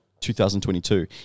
2022